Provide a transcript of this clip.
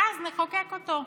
ואז נחוקק אותו.